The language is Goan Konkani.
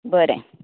बरें